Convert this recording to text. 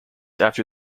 after